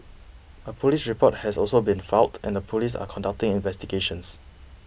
a police report has also been filed and the police are conducting investigations